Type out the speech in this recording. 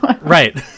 Right